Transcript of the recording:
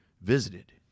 visited